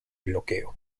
bloqueo